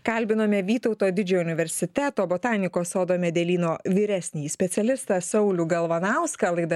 kalbinome vytauto didžiojo universiteto botanikos sodo medelyno vyresnįjį specialistą saulių galvanauską laidą